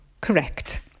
correct